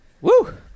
Woo